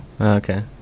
okay